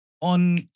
On